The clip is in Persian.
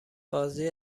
بازی